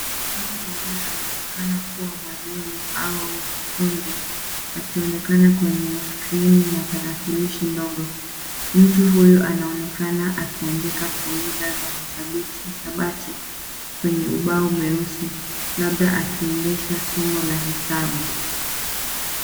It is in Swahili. Mtu ambaye anaonekana kuwa mwalimu au mkufunzi akionekana kwenye skrini ya tarakilishi ndogo. Mtu huyu anaonekanan akiandika fomula za hisabati kwenye ubao mweusi labda akiendesha somo la hesabu.